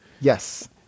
Yes